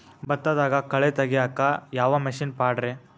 ಭತ್ತದಾಗ ಕಳೆ ತೆಗಿಯಾಕ ಯಾವ ಮಿಷನ್ ಪಾಡ್ರೇ?